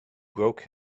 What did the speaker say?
broke